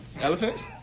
Elephants